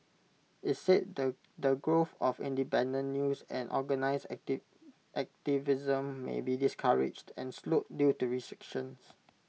IT said that the the growth of independent news and organised activism may be discouraged and slowed due to restrictions